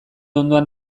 ondoan